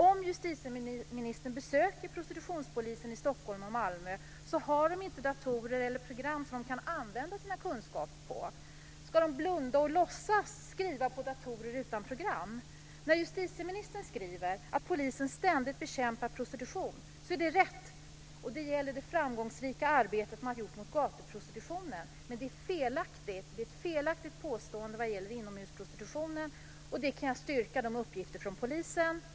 Om justitieministern besöker prostitutionspolisen i Stockholm och Malmö kommer han att se att de inte har datorer eller program som de kan använda sina kunskaper på. Ska de blunda och låtsas skriva på datorer utan program? När justitieministern skriver att polisen ständigt bekämpar prostitution är det rätt. Det gäller det framgångsrika arbetet mot gatuprostitutionen. Men det är ett felaktigt påstående vad gäller inomhusprostitutionen. Det kan jag styrka genom uppgifter från polisen.